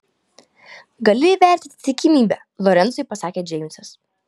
gali įvertinti tikimybę lorencui pasakė džeimsas